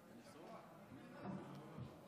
התשפ"א 2021, לוועדת הבריאות נתקבלה.